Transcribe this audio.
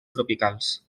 tropicals